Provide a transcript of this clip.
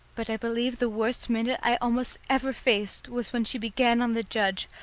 but i believe the worst minute i almost ever faced was when she began on the judge,